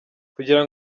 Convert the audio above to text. kugira